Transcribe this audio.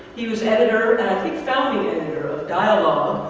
he was editor, and i think founding editor, of dialogue,